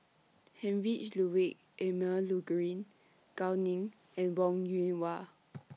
Heinrich Ludwig Emil Luering Gao Ning and Wong Yoon Wah